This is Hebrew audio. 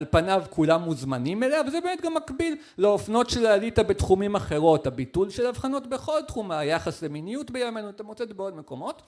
על פניו כולם מוזמנים אליה וזה באמת גם מקביל לאופנות של האליטה בתחומים אחרות הביטול של הבחנות בכל תחום היחס למיניות בימינו אתה מוצא את זה בעוד מקומות